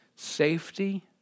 safety